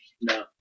No